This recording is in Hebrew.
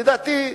לדעתי,